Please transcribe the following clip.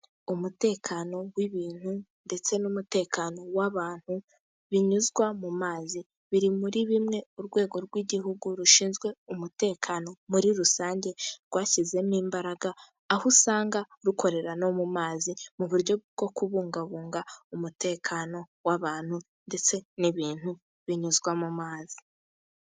Umutekano w'ibintu ndetse n'umutekano w'abantu binyuzwa mu mazi biri muri bimwe urwego rw'igihugu rushinzwe umutekano muri rusange rwashyizemo imbaraga. Aho usanga rukorera no mu mazi mu buryo bwo kubungabunga umutekano w'abantu ndetse n'ibintu binyuzwa mu mazi.